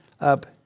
up